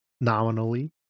nominally